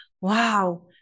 wow